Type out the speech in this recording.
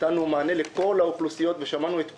נתנו מענה לכל האוכלוסיות ושמענו את כולם.